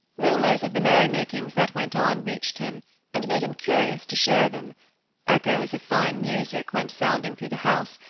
rumors of the merry-makings that went on reached him and made him curious to share them echoes of fine music went sounding through the house,